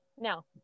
Now